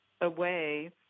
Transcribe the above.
away